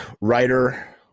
writer